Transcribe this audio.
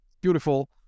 beautiful